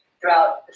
throughout